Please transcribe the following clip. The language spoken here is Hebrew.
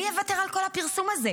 מי יוותר על כל הפרסום הזה?